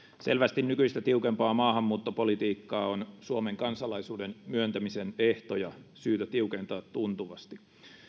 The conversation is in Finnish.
selvästi nykyistä tiukempaa maahanmuuttopolitiikkaa on suomen kansalaisuuden myöntämisen ehtoja syytä tiukentaa tuntuvasti